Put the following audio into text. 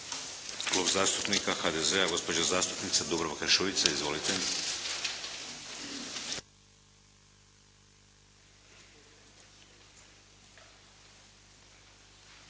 Klub zastupnika HDZ-a, gospođa zastupnika Dubravka Šuica, izvolite.